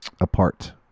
apart